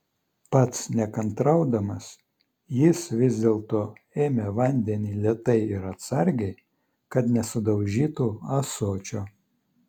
pats nekantraudamas jis vis dėlto sėmė vandenį lėtai ir atsargiai kad nesudaužytų ąsočio